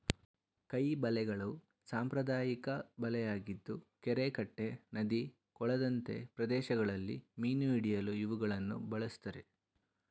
ಕೈ ಬಲೆಗಳು ಸಾಂಪ್ರದಾಯಿಕ ಬಲೆಯಾಗಿದ್ದು ಕೆರೆ ಕಟ್ಟೆ ನದಿ ಕೊಳದಂತೆ ಪ್ರದೇಶಗಳಲ್ಲಿ ಮೀನು ಹಿಡಿಯಲು ಇವುಗಳನ್ನು ಬಳ್ಸತ್ತರೆ